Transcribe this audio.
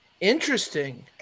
Interesting